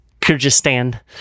Kyrgyzstan